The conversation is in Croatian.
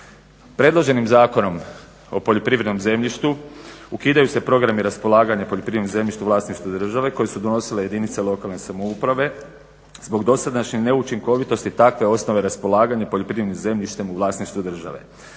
Predloženim Zakonom o poljoprivrednom zemljištu ukidaju se programi raspolaganja poljoprivrednim zemljištem u vlasništvu države koje su donosile jedinice lokalne samouprave zbog dosadašnje neučinkovitosti takve osnove raspolaganja poljoprivrednim zemljištem u vlasništvu države